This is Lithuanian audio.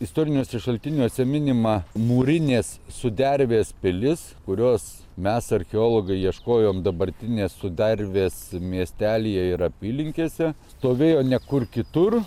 istoriniuose šaltiniuose minima mūrinės sudervės pilis kurios mes archeologai ieškojom dabartinės sudervės miestelyje ir apylinkėse stovėjo ne kur kitur